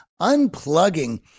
unplugging